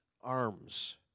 arms